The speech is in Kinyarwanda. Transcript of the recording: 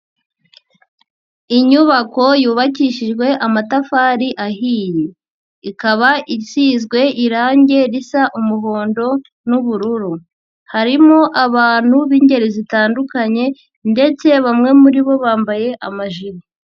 Inyubako yubakishijwe amatafari ahiye, ikaba isizwe irangi risa umuhondo n'ubururu, harimo abantu b'ingeri zitandukanye ndetse bamwe muri bo bambaye amajile.